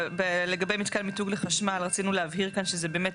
לגבי מתקן מיתוג לחשמל רצינו להבהיר כאן שזה באמת